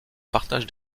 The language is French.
partage